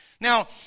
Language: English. Now